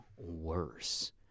worse